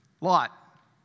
lot